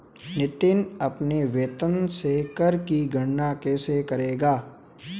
नितिन अपने वेतन से कर की गणना कैसे करेगा?